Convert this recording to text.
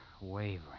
wavering